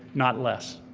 not less.